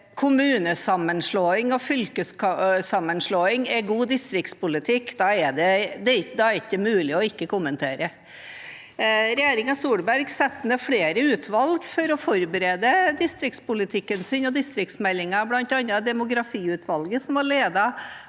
kommunesammenslåing og fylkessammenslåing er god distriktspolitikk, er det ikke mulig å ikke kommentere. Regjeringen Solberg satte ned flere utvalg for å forberede distriktspolitikken sin og distriktsmeldingen, bl.a. demografiutvalget, som ble ledet